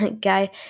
guy